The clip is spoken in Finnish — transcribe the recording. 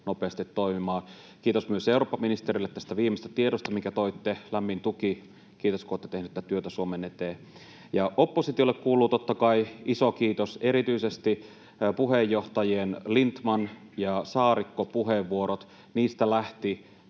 nopeasti toimimaan. Kiitos myös eurooppaministerille tästä viimeisestä tiedosta, minkä toitte. Lämmin tuki, kiitos, kun olette tehnyt tätä työtä Suomen eteen. Oppositiolle kuuluu totta kai iso kiitos, erityisesti puheenjohtajien Lindtman ja Saarikko puheenvuoroista. Niistä lähti